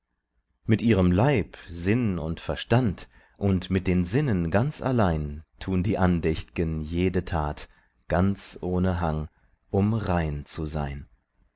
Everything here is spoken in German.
mit ihrem leib sinn und verstand und mit den sinnen ganz allein tun die andächt'gen jede tat ganz ohne hang um rein zu sein